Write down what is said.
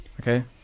Okay